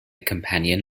companion